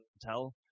tell